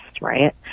right